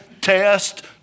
test